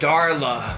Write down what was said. Darla